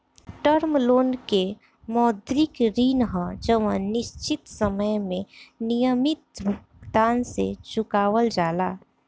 term loan के मौद्रिक ऋण ह जवन निश्चित समय में नियमित भुगतान से चुकावल जाला